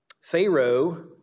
Pharaoh